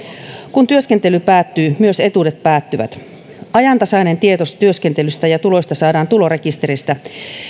kun työskentely päättyy myös etuudet päättyvät ajantasainen tieto työskentelystä ja tuloista saadaan tulorekisteristä